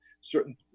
certain